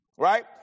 Right